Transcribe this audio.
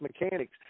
mechanics